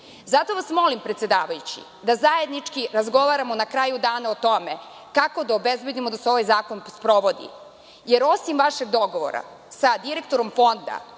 vas molim, predsedavajući, da zajednički razgovaramo na kraju dana o tome kako da obezbedimo da se ovaj zakon sprovodi, jer osim vašeg dogovora sa direktorom Fonda,